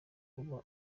uba